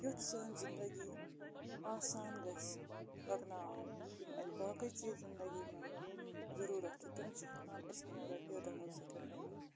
یُتھ سٲنۍ زِنٛدگی آسان گژھِ پَکناوٕنۍ یِم اَسہِ باقٕے چیٖز زِندگی منٛز ضروٗرَتھ چھِ تِم چھِ ہٮ۪کان أسۍ یِمو رۄپیو دَہو سۭتۍ أنِتھ